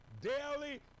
daily